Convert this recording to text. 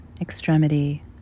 extremity